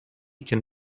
can